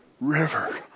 River